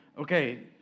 Okay